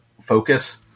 focus